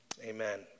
amen